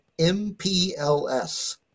Mpls